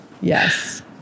Yes